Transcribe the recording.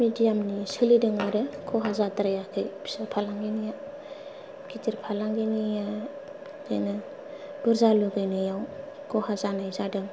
मिडियामनि सोलिदों आरो खहा जाद्रायाखौ फिसा फालांगिनिया गिदिर फालांगिनि बिदिनो बुरजा लुगैनायाव खहा जानाय जादों